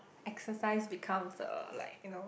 exercise becomes uh like you know